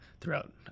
throughout